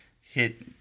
hit